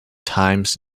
times